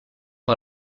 par